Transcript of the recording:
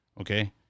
Okay